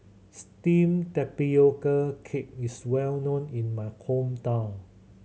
steamed tapioca cake is well known in my hometown